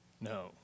No